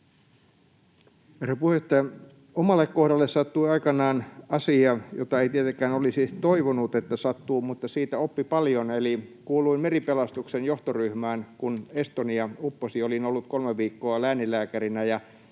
Herra puheenjohtaja! Omalle kohdalle sattui aikanaan asia, jota ei tietenkään olisi toivonut, että sattuu, mutta siitä oppi paljon: kuuluin meripelastuksen johtoryhmään, kun Estonia upposi. Olin ollut kolme viikkoa lääninlääkärinä,